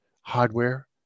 hardware